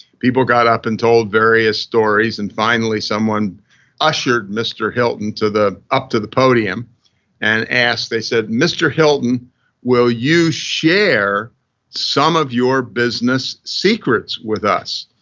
people got up and told various stories and finally someone ushered mr. hilton to the, up to the podium and asked, they said, mr. hilton will you share some of your business secrets with us?